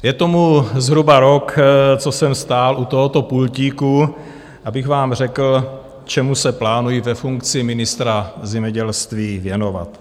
Je tomu zhruba rok, co jsem stál u tohoto pultíku, abych vám řekl, čemu se plánuji ve funkci ministra zemědělství věnovat.